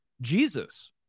Jesus